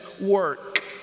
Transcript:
work